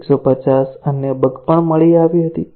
150 અન્ય બગ પણ મળી આવી હતી